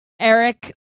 Eric